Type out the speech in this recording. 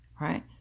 right